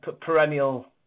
perennial